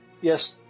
Yes